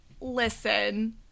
listen